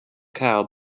cow